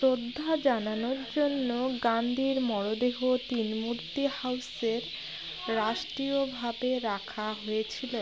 শ্রদ্ধা জানানোর জন্য গান্ধীর মরদেহ তিন মূর্তি হাউসের রাষ্ট্রীয়ভাবে রাখা হয়েছিলো